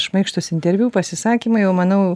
šmaikštūs interviu pasisakymai jau manau